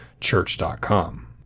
church.com